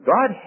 God